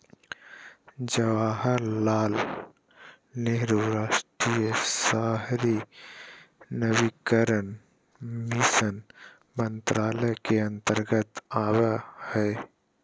जवाहरलाल नेहरू राष्ट्रीय शहरी नवीनीकरण मिशन मंत्रालय के अंतर्गत आवो हय